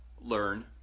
learn